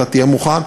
אתה תהיה מוכן?